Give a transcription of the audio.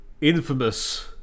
infamous